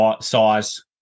size